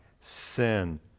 sin